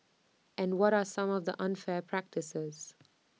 and what are some of the unfair practices